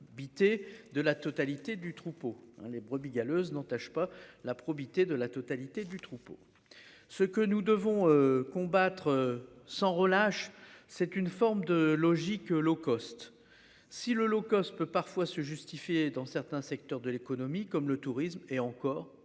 et de la totalité du troupeau. Les brebis galeuses n'entache pas la probité de la totalité du troupeau, ce que nous devons combattre sans relâche. C'est une forme de logique low-cost si l'Holocauste peut parfois se justifier dans certains secteurs de l'économie comme le tourisme et encore